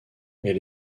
elle